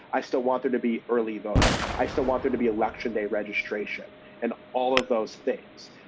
i still wanted to be. early voting. i still wanted to be election day registration and all of those states.